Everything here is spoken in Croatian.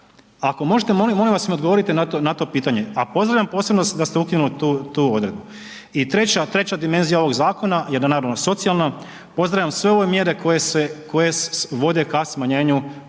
Ako možete, molim vas, mi odgovorite na to pitanje, a pozdravljam posebno da ste ukinuli tu odredbu. I treća dimenzija ovog zakona je da naravno, socijalno, pozdravljam sve ove mjere koje se vode ka smanjenju